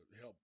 help